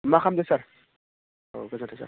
मा खालामदों सार औ गोजोन्थों सार